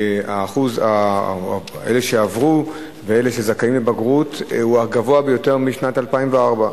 ואחוז אלה שעברו ואלה שזכאים לבגרות הוא הגבוה ביותר משנת 2004,